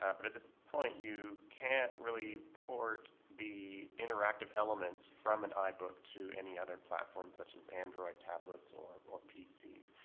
but at this point, you can't really port the interactive elements from an ibook to any other platform such as android tablets or or pcs.